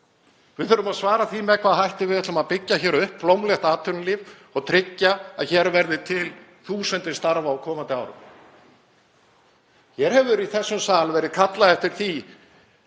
Við þurfum að svara því með hvaða hætti við ætlum að byggja upp blómlegt atvinnulíf og tryggja að hér verði til þúsundir starfa á komandi árum. Í þessum sal hefur verið kallað eftir því